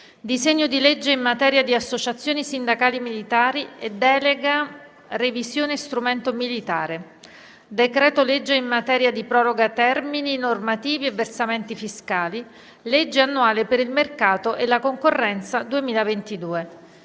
disegno di legge in materia di associazioni sindacali militari e delega revisione strumento militare; decreto-legge in materia di proroga di termini normativi e versamenti fiscali; legge annuale per il mercato e la concorrenza 2022.